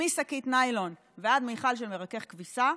משקית ניילון ועד מכל של מרכך כביסה,